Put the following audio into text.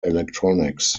electronics